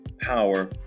power